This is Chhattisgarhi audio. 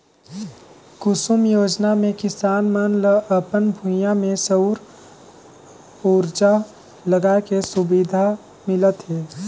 कुसुम योजना मे किसान मन ल अपन भूइयां में सउर उरजा लगाए के सुबिधा मिलत हे